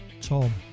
Tom